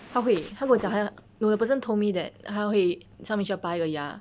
他会他跟我讲他要 no the person told me 他会上面需要拔一个牙